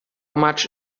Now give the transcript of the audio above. much